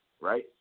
right